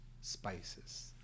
spices